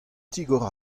tigor